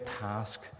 task